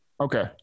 Okay